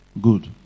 Good